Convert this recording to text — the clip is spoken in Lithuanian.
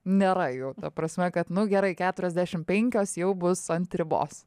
nėra jų ta prasme kad nu gerai keturiasdešim penkios jau bus ant ribos